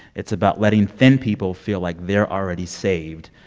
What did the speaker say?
it's about letting thin people feel like they're already saved,